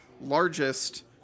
largest